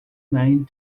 mind